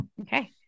Okay